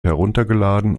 heruntergeladen